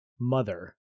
mother